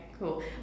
Cool